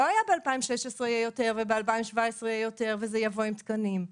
לא היה ב-2016 וב-2017 יותר ושזה יבוא עם תקנים,